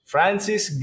Francis